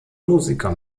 musiker